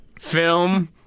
film